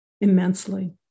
immensely